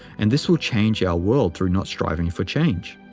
and this will change our world through not striving for change.